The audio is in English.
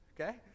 okay